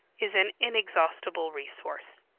is an inexhaustible resource.